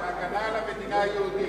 זה הגנה על המדינה היהודית.